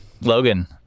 Logan